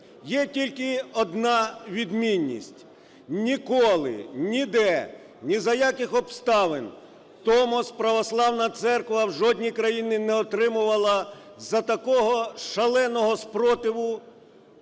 Є тільки одна відмінність: ніколи, ніде, ні за яких обставин Томос православна церква в жодній країні не отримувала за такого шаленого спротиву